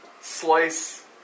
slice